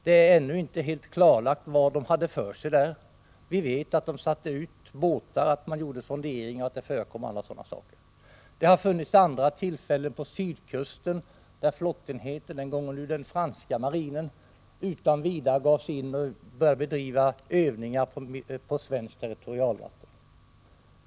Det är ännu inte helt klarlagt vad de hade för sig där. Vi vet att man satte ut båtar och gjorde sonderingar. Det har vid andra tillfällen funnits flottenheter ur den franska marinen på sydkusten som utan vidare givit sig in och börjat bedriva övningar på svenskt territorialvatten.